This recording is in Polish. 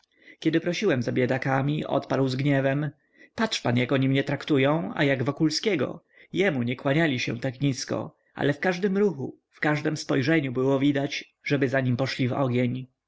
kiedy prosiłem za biedakami odparł z gniewem patrz pan jak oni mnie traktują a jak wokulskiego jemu nie kłaniali się tak nisko ale w każdym ruchu w każdem spojrzeniu było widać żeby za nim poszli w ogień